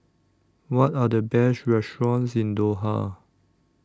What Are The Best restaurants in Doha